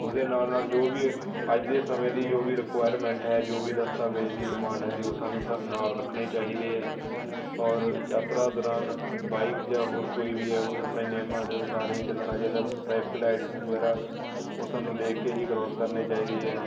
ਉਸਦੇ ਨਾਲ ਨਾਲ ਜੋ ਵੀ ਅੱਜ ਦੇ ਸਮੇਂ ਦੀ ਜੋ ਵੀ ਰਿਕੁਆਇਰਮੈਂਟ ਹੈ ਜੋ ਵੀ ਦਸਤਾਵੇਜ਼ ਦੀ ਡਿਮਾਂਡ ਹੁੰਦੀ ਹੈ ਉਹ ਸਾਨੂੰ ਸਾ ਨਾਲ ਰੱਖਣੇ ਚਾਹੀਦੇ ਹੈ ਔਰ ਯਾਤਰਾ ਦੌਰਾਨ ਬਾਈਕ ਜਾਂ ਹੋਰ ਕੋਈ ਵੀ ਆ ਉਹਨੂੰ ਆਪਣੇ ਨਿਯਮਾਂ ਦੇ ਅਨੁਸਾਰ ਹੀ ਚੱਲਣਾ ਚਾਹੀਦਾ ਟ੍ਰੈਫਿਕ ਲਾਈਟ ਵਗੈਰਾ ਉਹ ਸਾਨੂੰ ਦੇਖ ਕੇ ਹੀ ਕਰੋਸ ਕਰਨੇ ਚਾਹੀਦੀ ਹੈ